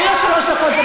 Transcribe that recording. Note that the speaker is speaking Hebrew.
אין לו שלוש דקות.